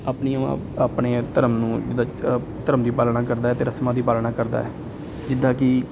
ਆਪਣੀਆਂ ਆਪਣੇ ਧਰਮ ਨੂੰ ਜਿੱਦਾਂ ਜਿੱਦਾਂ ਧਰਮ ਦੀ ਪਾਲਣਾ ਕਰਦਾ ਅਤੇ ਰਸਮਾਂ ਦੀ ਪਾਲਣਾ ਕਰਦਾ ਜਿੱਦਾਂ ਕਿ